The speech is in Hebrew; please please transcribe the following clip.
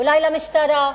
אולי למשטרה?